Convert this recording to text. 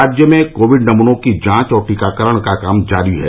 राज्य में कोविड नमूनों की जांच और टीकाकरण का काम जारी है